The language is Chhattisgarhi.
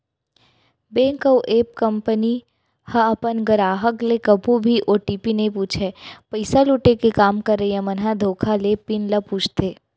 बेंक अउ ऐप कंपनी ह अपन गराहक ले कभू भी ओ.टी.पी नइ पूछय, पइसा लुटे के काम करइया मन ह धोखा ले पिन ल पूछथे